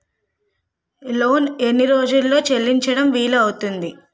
Loan ఎన్ని రోజుల్లో చెల్లించడం వీలు అవుతుంది?